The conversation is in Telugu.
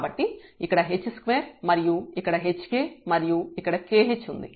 కాబట్టి ఇక్కడ h2మరియు ఇక్కడ hk మరియు ఇక్కడ kh ఉంది